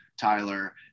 Tyler